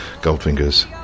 Goldfinger's